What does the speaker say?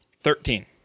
Thirteen